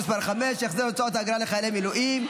מס' 5) (החזר הוצאות אגרה לחיילי מילואים),